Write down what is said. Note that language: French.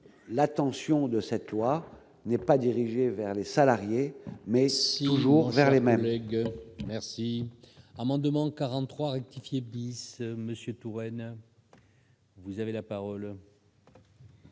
l'attention de cette loi n'est pas dirigée vers les salariés. Mais toujours vers les mêmes